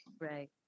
right